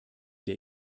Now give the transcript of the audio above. der